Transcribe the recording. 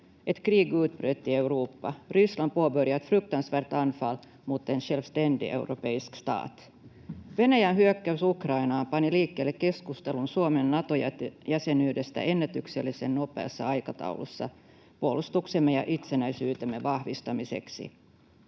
Ett krig utbröt i Europa. Ryssland påbörjade ett fruktansvärt anfall mot en självständig europeisk stat. Venäjän hyökkäys Ukrainaan pani liikkeelle keskustelun Suomen Nato-jäsenyydestä ennätyksellisen nopeassa aikataulussa puolustuksemme ja itsenäisyytemme vahvistamiseksi.